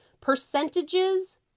Percentages